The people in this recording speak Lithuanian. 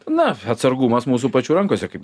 na atsargumas mūsų pačių rankose kaip